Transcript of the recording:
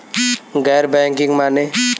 गैर बैंकिंग माने?